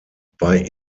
bei